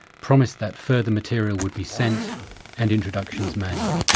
promised that further material would be sent and introductions made.